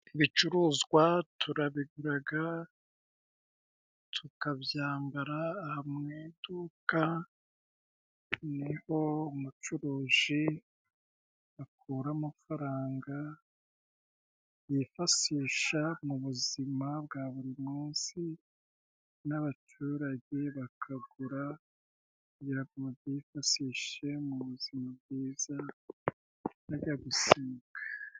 Ibicuruzwa turabiguraga, tukabyambara, aha mu iduka niho umucuruji akura amafaranga yifasisha mu buzima bwa buri munsi, n'abaturage bakagura kugira ngo babyifafasishe mu buzima bwiza bajya gusimbuka.